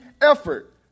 effort